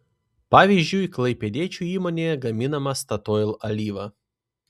pavyzdžiui klaipėdiečių įmonėje gaminama statoil alyva